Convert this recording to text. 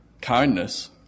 kindness